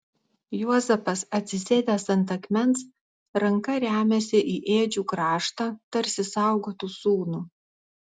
juozapas atsisėdęs ant akmens ranka remiasi į ėdžių kraštą tarsi saugotų sūnų